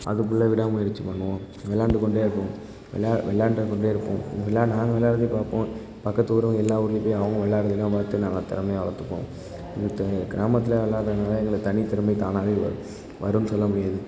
அதுக்குள்ளே விடாமுயற்சி பண்ணுவோம் விளாண்டுக்கொண்டே இருப்போம் வெளா விளாண்டுக்கொண்டே இருப்போம் நா நாங்கள் விளாட்றதையும் பார்ப்போம் பக்கத்து ஊரும் எல்லா ஊர்லேயும் போய் அவங்க விளாட்றதெல்லாம் பார்த்து நாங்கள் திறமைய வளர்த்துப்போம் இது கிராமத்தில் விளாட்றதுனால எங்களுக்கு தனித்திறமை தானாகவே வரும் வரும்னு சொல்லமுடியாது